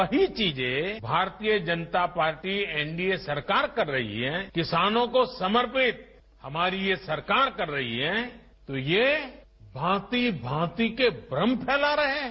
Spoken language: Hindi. वही चीजें भारतीय जनता पार्टी एनडीए सरकार कर रही है किसानों को समर्पित हमारी ये सरकार कर रही है तो ये भांति भांति के भ्रम फैला रहे हैं